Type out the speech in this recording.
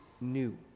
new